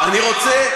יואב,